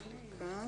ומכאן